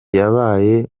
yabaye